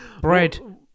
bread